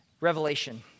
Revelation